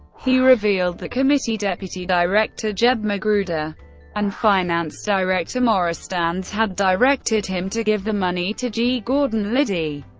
he revealed that committee deputy director jeb magruder and finance director maurice stans had directed him to give the money to g. gordon liddy.